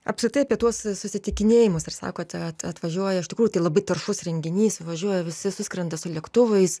apskritai apie tuos susitikinėjimus ir sakote at atvažiuoja iš tikrųjų tai labai taršus renginys važiuoja visi suskrenda su lėktuvais